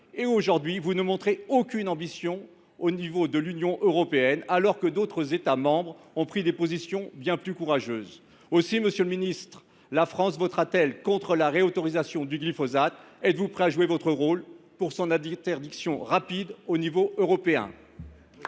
Aujourd’hui, vous ne montrez aucune ambition à l’échelle européenne, alors que d’autres États membres ont pris des positions bien plus courageuses. Monsieur le ministre, la France votera t elle contre la réautorisation du glyphosate ? Êtes vous prêt à jouer votre rôle pour son interdiction rapide au niveau européen ?